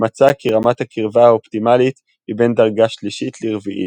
מצא כי רמת הקרבה האופטימלית היא בין דרגה שלישית לרביעית.